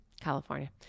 California